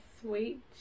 sweet